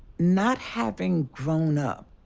not having grown up.